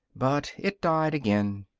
but it died again.